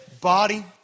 body